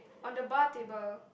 on the bar table